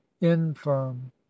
infirm